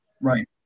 right